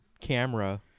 camera